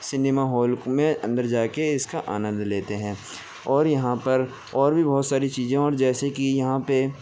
cinema hall میں اندر جا کے اس کا آنند لیتے ہیں اور یہاں پر اور بھی بہت ساری چیزیں ہیں جیسے کہ یہاں پہ